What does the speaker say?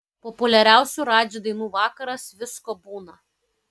populiariausių radži dainų vakaras visko būna